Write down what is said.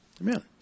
Amen